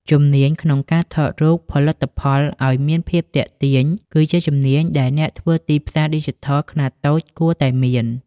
ជំនាញក្នុងការថតរូបផលិតផលឱ្យមានភាពទាក់ទាញ គឺជាជំនាញដែលអ្នកធ្វើទីផ្សារឌីជីថលខ្នាតតូចគួរតែមាន។